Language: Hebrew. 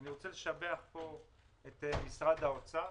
אני רוצה לשבח פה את משרד האוצר,